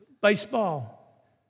baseball